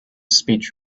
speech